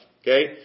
Okay